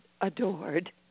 adored